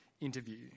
interview